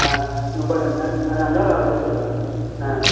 ஆ ரொம்ப நன் நான் ஆ நேரா வந்து சொல்கிறேன் ஆ